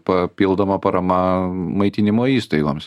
papildoma parama maitinimo įstaigoms